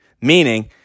Meaning